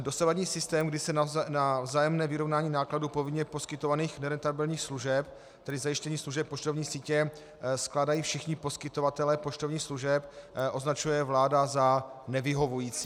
Dosavadní systém, kdy se na vzájemné vyrovnání nákladů povinně poskytovaných nerentabilních služeb, tedy zajištění služeb poštovní sítě, skládají všichni poskytovatelé poštovních služeb, označuje vláda za nevyhovující.